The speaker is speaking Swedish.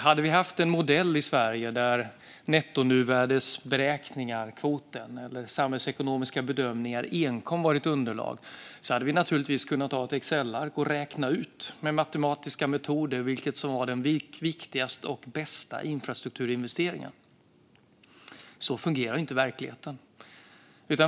Hade vi haft en modell i Sverige där beräkningar av nettonuvärdeskvoten eller samhällsekonomiska bedömningar ensamma varit underlag hade vi naturligtvis kunnat använda ett Excelark och med matematiska metoder räkna ut vilken som är den viktigaste och bästa infrastrukturinvesteringen. Så fungerar inte verkligheten.